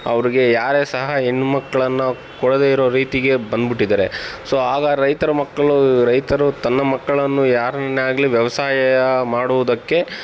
ಅವ್ರಿಗೆ ಯಾರೇ ಸಹ ಹೆಣ್ಣು ಮಕ್ಳನ್ನು ಕೊಡದೇ ಇರೋ ರೀತಿಗೆ ಬಂದುಬಿಟ್ಟಿದ್ದಾರೆ ಸೊ ಆಗ ರೈತರ ಮಕ್ಳು ರೈತರು ತನ್ನ ಮಕ್ಕಳನ್ನು ಯಾರನ್ನೇ ಆಗಲಿ ವ್ಯವಸಾಯ ಮಾಡುವುದಕ್ಕೆ